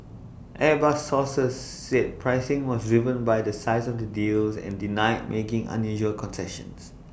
airbus sources said pricing was driven by the size of the deals and denied making unusual concessions